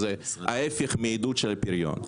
שהם ההפך מעידוד של הפריון.